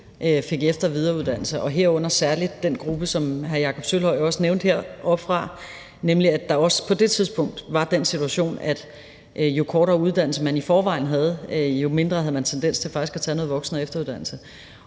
fik efter- og videreuddannelse, herunder særlig den gruppe, som hr. Jakob Sølvhøj jo også nævnte heroppefra – der var nemlig også på det tidspunkt den situation, at jo kortere uddannelse man i forvejen havde, jo mindre havde man tendens til faktisk at tage noget voksen- og efteruddannelse.